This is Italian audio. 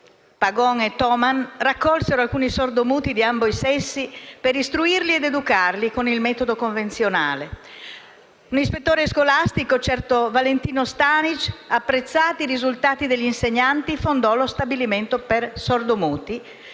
Pagon e Thoman, raccolsero alcuni sordomuti di ambo i sessi per istruirli ed educarli con il metodo convenzionale. L'ispettore scolastico, un certo Valentino Stanig, apprezzati i risultati degli insegnanti, fondò lo Stabilimento per sordomuti